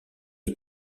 est